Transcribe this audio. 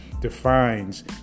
defines